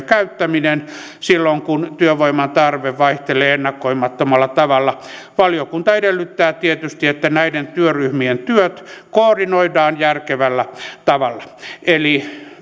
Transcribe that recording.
käyttäminen silloin kun työvoiman tarve vaihtelee ennakoimattomalla tavalla valiokunta edellyttää tietysti että näiden työryhmien työt koordinoidaan järkevällä tavalla eli